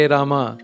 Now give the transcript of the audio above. Rama